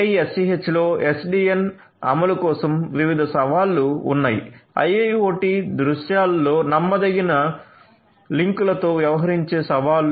6TiSCH లో SDN అమలు కోసం వివిధ సవాళ్లు ఉన్నాయి IIoT దృశ్యాలలో నమ్మదగని లింక్లతో వ్యవహరించే సవాళ్లు